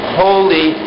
holy